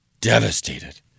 devastated